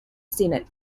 senate